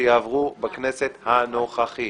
- שיעברו בכנסת הנוכחית